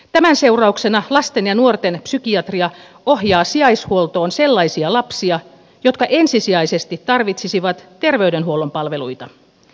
tämän seurauksena lasten ja nuorten psykiatria ohjaa sijaishuoltoon sellaisia lapsia jotka ensisijaisesti tarvitsisivat terveydenhuollon palveluita